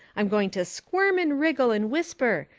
i'm going to squirm and wriggle and whisper,